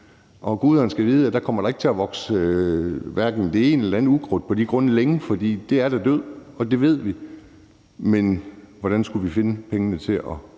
og guderne skal vide, at der da ikke kommer til at vokse hverken det ene eller det andet ukrudt på de grunde længe, for det er da dødt, og det ved vi. Men hvordan skulle vi finde pengene til at